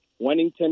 Wennington